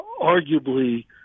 arguably